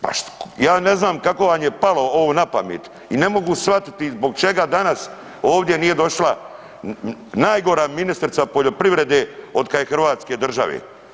Pa ja ne znam kako vam je palo ovo na pamet i ne mogu shvatiti zbog čega danas ovdje nije došla najgora ministrica poljoprivrede otkad je hrvatske države.